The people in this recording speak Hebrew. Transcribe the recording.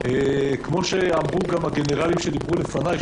כפי שאמרו גם הגנרלים שדיברו לפניי,